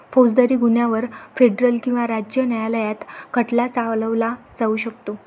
फौजदारी गुन्ह्यांवर फेडरल किंवा राज्य न्यायालयात खटला चालवला जाऊ शकतो